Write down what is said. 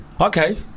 Okay